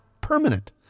permanent